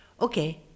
Okay